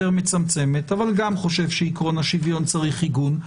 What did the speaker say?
מצמצמת אבל גם חושב שעקרון השוויון צריך עיגון.